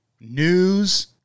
news